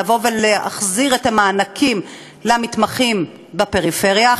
לבוא ולהחזיר את המענקים למתמחים בפריפריה,